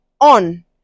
on